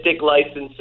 licenses